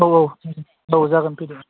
औ औ जागोन फैदो